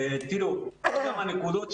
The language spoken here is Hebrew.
אדבר על כמה נקודות,